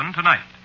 tonight